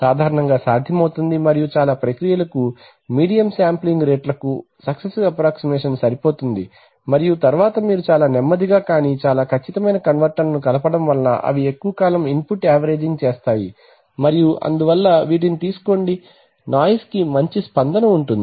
సాధారణంగా సాధ్యమవుతుంది మరియు చాలా ప్రక్రియలకు మీడియం శాంప్లింగ్ రేట్లు కు సక్సెసివ్ అప్రాక్సీమేషన్ సరిపోతుంది మరియు తరువాత మీరు చాలా నెమ్మదిగా కాని చాలా ఖచ్చితమైన కన్వర్టర్లను కలపడం వలన అవి ఎక్కువ కాలం ఇన్పుట్ యావరేజింగ్ చేస్తాయి మరియు అందువల్ల వీటిని తీసుకోండి నాయిస్ కి మంచి స్పందన ఉంటుంది